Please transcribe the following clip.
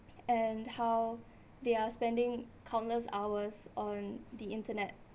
and how they are spending countless hours on the internet